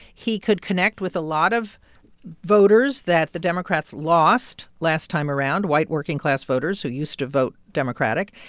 he could connect with a lot of voters that the democrats lost last time around white, working-class voters who used to vote democratic.